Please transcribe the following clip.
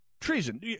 treason